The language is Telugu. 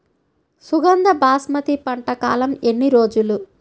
సుగంధ బాస్మతి పంట కాలం ఎన్ని రోజులు?